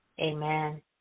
Amen